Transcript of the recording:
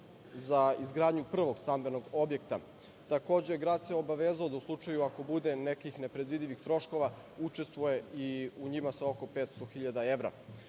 za izgradnju prvog stambenog objekta. Takođe grad se obavezao da u slučaju ako bude nekih nepredvidivih troškova učestvuje i u njima sa oko 500 hiljada